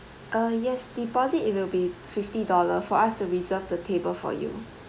uh yes deposit it will be fifty dollar for us to reserve the table for you